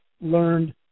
learned